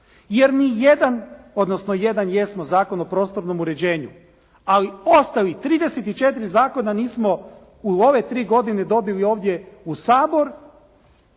jer ni jedan, odnosno jedan jesmo Zakon o prostornom uređenju, ali ostalih 34 zakona nismo u ove tri godine dobili ovdje u Sabor